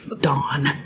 dawn